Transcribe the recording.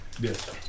Yes